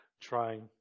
trying